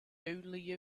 only